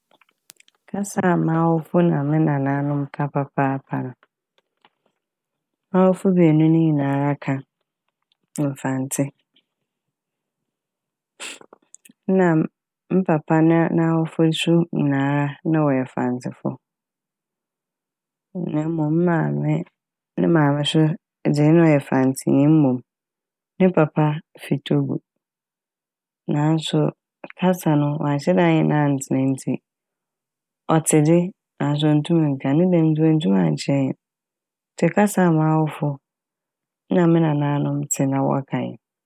Kasa a m'awofo na me nananom ka no m'awofo beenu ne nyinara ka Mfantse na a m-me papa na - n'awofo so nyinaa na wɔyɛ Mfantsefo na mom me maame ne maame so dze na ɔyɛ Mfantsenyi mom ne papa fi Togo naaso kasa no ɔannhyɛ dɛ ɛnnye no anntsena ntsi ɔtse dze naaso onntum nnka ne dɛm ntsi oenntum annkyerɛ hɛn. Ntsi kasa a m'awofo na me nanaanom tse na wɔka nye n'.